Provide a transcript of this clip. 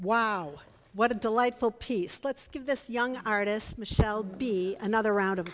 wow what a delightful piece let's give this young artist michel be another round